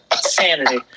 sanity